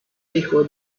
hijo